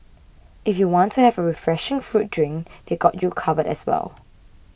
if you want to have a refreshing fruit drink they got you covered as well